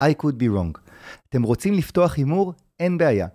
I could be wrong. אתם רוצים לפתוח הימור? אין בעיה.